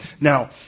Now